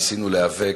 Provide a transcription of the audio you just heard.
ניסינו להיאבק,